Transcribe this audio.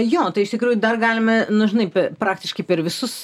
jo tai iš tikrųjų dar galime nu žinai praktiškai per visus